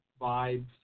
vibes